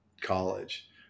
college